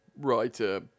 writer